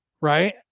Right